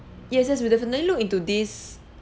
yes yes we'll definitely look into this